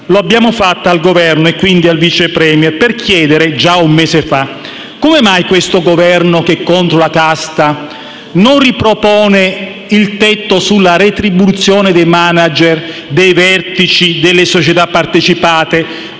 l'abbiamo presentata al Governo, e quindi al Vice *Premier*, per chiedere, già un mese fa, come mai questo Governo, che è contro la casta, non riproponga il tetto sulla retribuzione dei *manager* e dei vertici delle società partecipate,